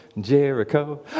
Jericho